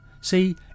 See